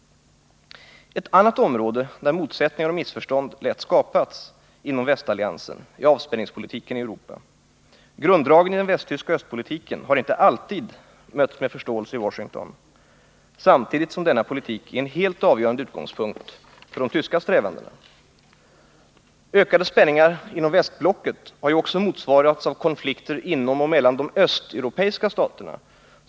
Ett annat område där motsättningar och missförstånd lätt skapats inom västalliansen är avspänningspolitiken i Europa. Grunddragen i den västtyska östpolitiken har inte alltid mötts med förståelse i Washington — samtidigt som denna politik är en helt avgörande utgångspunkt för de tyska strävandena. Ökade spänningar inom västblocket har ju också motsvarats av konflikter inom och mellan de östeuropeiska staterna.